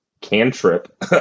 cantrip